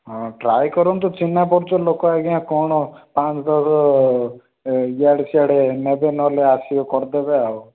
ହଁ ଟ୍ରାଏ କରନ୍ତୁ ଚିହ୍ନାପରିଚୟ ଲୋକ ଆଜ୍ଞା କ'ଣ ଇଆଡ଼େ ସିଆଡ଼େ ନେବେ ନହେଲେ ଆସିବେ କରିଦେବେ ଆଉ